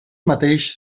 mateix